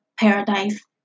paradise